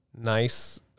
nice